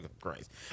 Christ